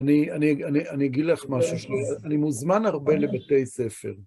אני אגיד לך משהו, אני מוזמן הרבה לבתי ספר.